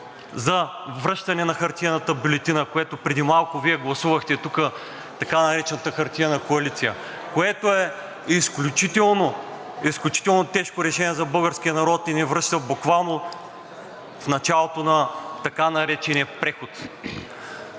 за връщане на хартиената бюлетина, което преди малко гласува тук така наречената хартиена коалиция, което е изключително тежко решение за българския народ и ни връща буквално в началото на така наречения преход.